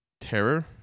Terror